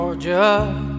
Georgia